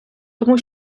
тому